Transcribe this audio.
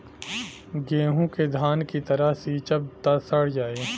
गेंहू के धान की तरह सींचब त सड़ जाई